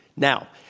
now,